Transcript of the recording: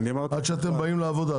עד שאתם באים לעבוד.